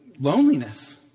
loneliness